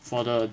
for the